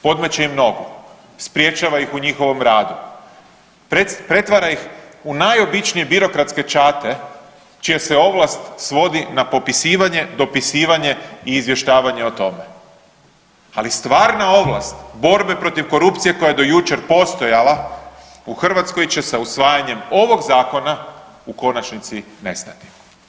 Podmeće im nogu, sprječava ih u njihovom radu, pretvara ih u najobičnije birokratske čate, čija se ovlast svodi na popisivanje, dopisivanje i izvještavanje o tome, ali stvarna ovlast borbe protiv korupcije koja je do jučer postojala u Hrvatskoj će sa usvajanjem ovog zakona u konačnici nestati.